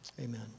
amen